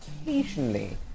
occasionally